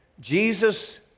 Jesus